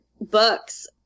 books